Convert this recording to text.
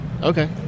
Okay